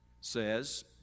says